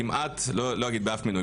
או לא אגיד באף מינוי,